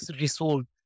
resolved